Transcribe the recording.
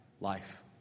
life